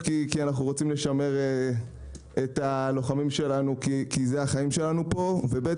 כי אנחנו רוצים לשמר את הלוחמים שלנו כי זה החיים שלנו פה וב.